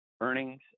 earnings